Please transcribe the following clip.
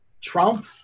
Trump